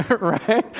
right